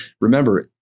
remember